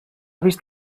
vist